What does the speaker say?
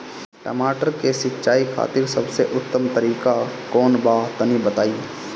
टमाटर के सिंचाई खातिर सबसे उत्तम तरीका कौंन बा तनि बताई?